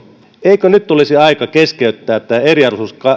eikö nyt olisi aika keskeyttää tämä